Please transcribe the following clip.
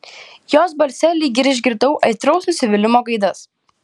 jos balse lyg ir išgirdau aitraus nusivylimo gaidas